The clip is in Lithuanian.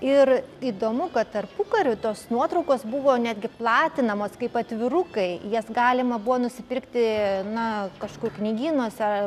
ir įdomu kad tarpukariu tos nuotraukos buvo netgi platinamos kaip atvirukai jas galima buvo nusipirkti na kažkur knygynuose